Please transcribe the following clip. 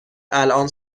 الان